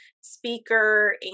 speaker